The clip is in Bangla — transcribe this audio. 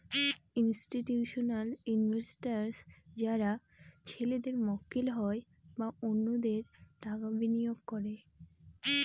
ইনস্টিটিউশনাল ইনভেস্টার্স যারা ছেলেদের মক্কেল হয় বা অন্যদের টাকা বিনিয়োগ করে